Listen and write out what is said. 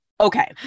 Okay